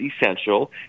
essential